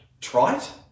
trite